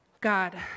God